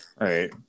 right